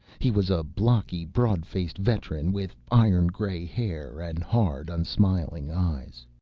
he was a blocky, broad-faced veteran with iron-gray hair and hard, unsmiling eyes.